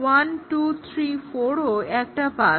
1 2 3 4 ও একটা পাথ